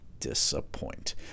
disappoint